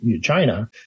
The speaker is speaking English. China